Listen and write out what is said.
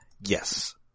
Yes